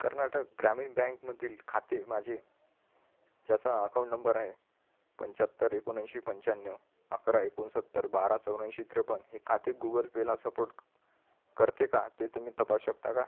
कर्नाटक ग्रामीण बँकमधील खाते माझे ज्याचा अकाऊंट नंबर आहे पंच्याहत्तर एकोणऐंशी पंच्याण्णव अकरा एकोणसत्तर बारा चौर्याऐंशी त्रेपन्न हे खाते गुगल पेला सपोर्ट क् करते का ते तुम्ही तपासू शकता का